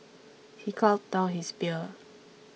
he gulped down his beer